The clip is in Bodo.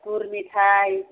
गुर मेथाइ